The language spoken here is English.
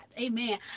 Amen